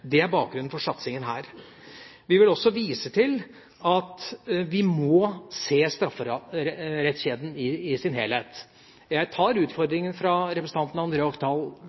er bakgrunnen for satsingen her. Vi vil også vise til at vi må se strafferettskjeden i sin helhet. Jeg tar utfordringen fra representanten